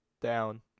down